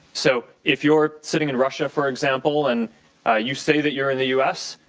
so if you're sitting in russia, for example, and you say that you're in the u s,